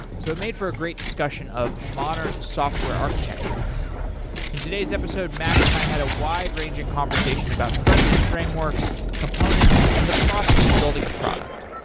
so it made for a great discussion of modern software architecture in today's episode, max and i had a wide ranging conversation about frontend frameworks, components and the process of building a product.